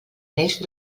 neix